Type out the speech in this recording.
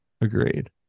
Agreed